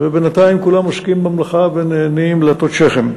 ובינתיים כולם עוסקים במלאכה ונהנים להטות שכם.